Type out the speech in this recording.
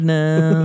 now